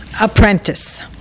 Apprentice